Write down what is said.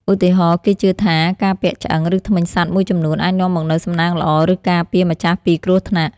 ឧទាហរណ៍ គេជឿថាការពាក់ឆ្អឹង ឬធ្មេញសត្វមួយចំនួនអាចនាំមកនូវសំណាងល្អ ឬការពារម្ចាស់ពីគ្រោះថ្នាក់។